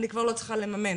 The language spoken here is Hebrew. אני כבר לא צריכה לממן.